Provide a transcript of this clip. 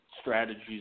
strategies